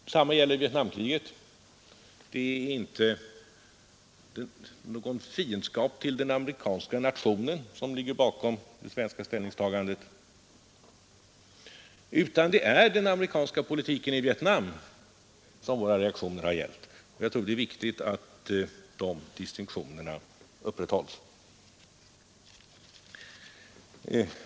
Detsamma gäller Vietnamkriget. Det är inte någon fiendskap till den amerikanska nationen som ligger bakom det svenska ställningstagandet i Vietnamfrågan, utan det är den amerikanska politiken i Indokina som våra reaktioner har gällt. Jag tror det är viktigt att de distinktionerna upprätthålls.